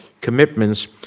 commitments